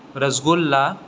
rasgulla